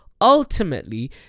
Ultimately